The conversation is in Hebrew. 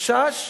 שחשש